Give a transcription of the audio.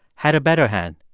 had a better hand.